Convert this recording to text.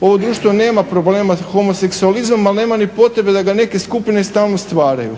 Ovo društvo nema problema sa homoseksualizmom, ali nema ni potrebe da ga neke skupine stalno stvaraju.